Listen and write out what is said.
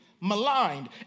maligned